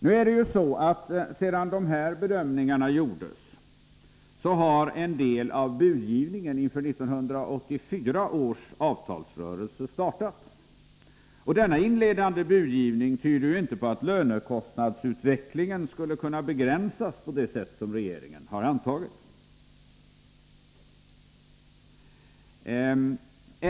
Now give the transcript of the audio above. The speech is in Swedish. Nu har sedan dessa bedömningar gjordes en del av budgivningen inför 1984 års avtalsrörelse startat, och denna inledande budgivning tyder inte på att lönekostnadsutvecklingen skall kunna begränsas på det sätt som regeringen antagit.